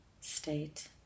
state